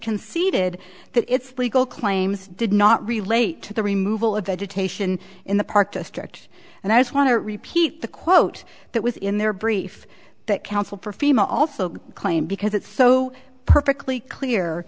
conceded that its legal claims did not relate to the removal of vegetation in the park district and i just want to repeat the quote that was in their brief that counsel for fema also claim because it's so perfectly clear